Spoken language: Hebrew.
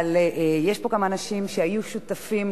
אבל יש פה כמה אנשים שהיו שותפים,